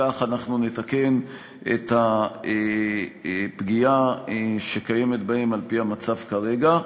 כך אנחנו נתקן את הפגיעה שקיימת בהם על-פי המצב כרגע.